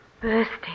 Bursting